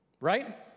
right